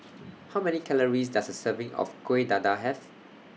How Many Calories Does A Serving of Kueh Dadar Have